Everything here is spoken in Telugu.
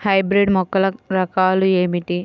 హైబ్రిడ్ మొక్కల రకాలు ఏమిటీ?